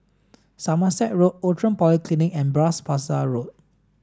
somerset Road Outram Polyclinic and Bras Basah Road